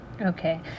okay